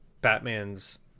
batman's